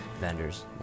Vendors